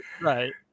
right